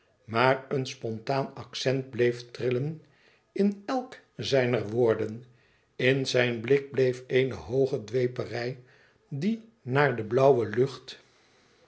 maar een spontaan accent bleef trillen in elk zijner woorden in zijn blik bleef eene hooge dweperij die naar de blauwe lucht